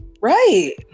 right